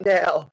now